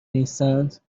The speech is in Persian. نیستند